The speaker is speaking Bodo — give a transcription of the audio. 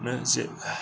नो जे